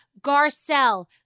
Garcelle